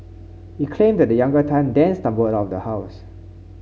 he claimed that the younger Tan then stumbled out of the house